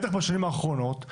בטח בשנים האחרונות,